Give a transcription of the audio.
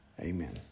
Amen